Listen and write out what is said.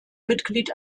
mitglied